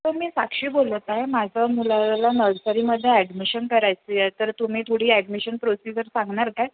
हो मी साक्षी बोलत आहे माझं मुलाला नर्सरीमध्ये ॲडमिशन करायची आहे तर तुम्ही थोडी ॲडमिशन प्रोसिजर सांगणार काय